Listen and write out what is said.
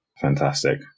fantastic